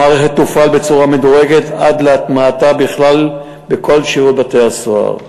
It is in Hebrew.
המערכת תופעל בצורה מדורגת עד להטמעתה בכלל שירות בתי-הסוהר.